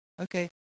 Okay